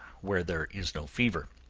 where there is no fever.